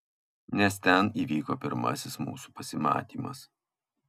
nes ten įvyko pirmasis mūsų pasimatymas